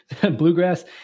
Bluegrass